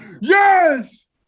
yes